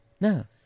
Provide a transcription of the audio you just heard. No